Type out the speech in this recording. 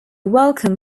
welcome